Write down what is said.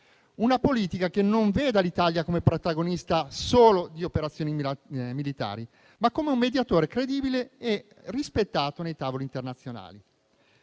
dei conflitti, che veda l'Italia non solo come protagonista di operazioni militari, ma come un mediatore credibile e rispettato nei tavoli internazionali.